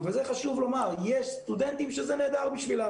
וזה חשוב לומר - יש סטודנטים שזה נהדר בשבילם,